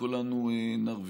כולנו נרוויח.